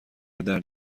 درد